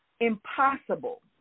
impossible